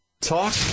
Talk